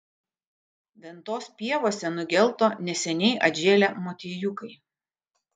ventos pievose nugelto neseniai atžėlę motiejukai